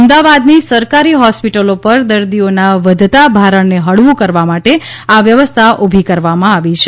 અમદાવાદની સરકારી હોસ્પિટલો પર દર્દીઓના વધતા ભારણને હળવું કરવા માટે આ વ્યવસ્થા ઉભી કરવામાં આવી છે